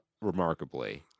remarkably